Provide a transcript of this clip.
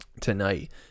tonight